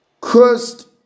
Cursed